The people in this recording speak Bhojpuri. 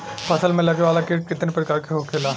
फसल में लगे वाला कीट कितने प्रकार के होखेला?